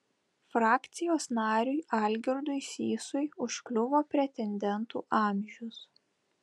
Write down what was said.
frakcijos nariui algirdui sysui užkliuvo pretendentų amžius